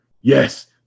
Yes